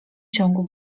ciągu